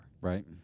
Right